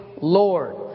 Lord